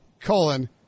colon